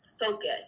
focus